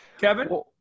Kevin